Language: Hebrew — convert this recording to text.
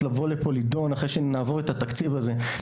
לבוא לפה להידון אחרי שנעבור את התקציב הזה.